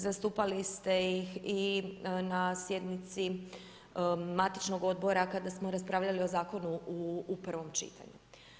Zastupali ste ih i na Sjednici matičnog odbora kada smo raspravljali o zakonu u 1. čitanju.